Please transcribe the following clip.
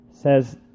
says